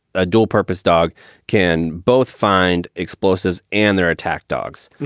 a dual purpose dog can both find explosives and they're attack dogs.